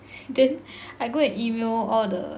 then I go and email all the